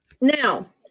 now